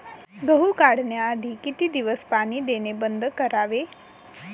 गहू काढण्याआधी किती दिवस पाणी देणे बंद करावे?